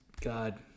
God